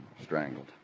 Strangled